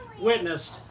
witnessed